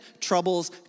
troubles